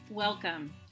Welcome